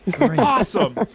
awesome